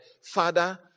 Father